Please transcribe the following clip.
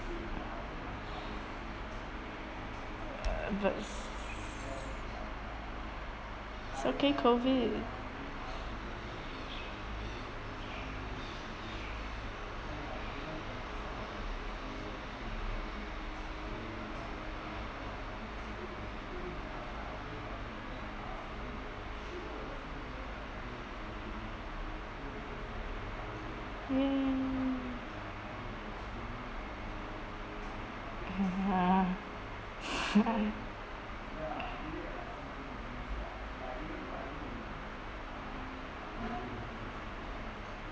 uh but s~ so can COVID !yay!